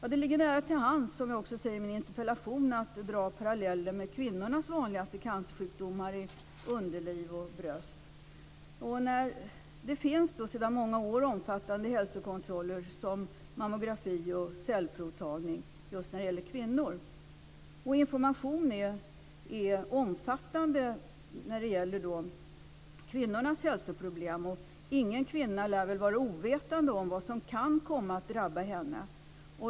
Det ligger nära till hands, som jag också säger i min interpellation, att dra paralleller med kvinnornas vanligaste cancersjukdomar i underliv och bröst. Det finns sedan många år omfattande hälsokontroller som mammografi och cellprovtagning för kvinnor. Informationen är omfattande när det gäller kvinnornas hälsoproblem. Ingen kvinna lär vara ovetande om vad som kan komma att drabba henne.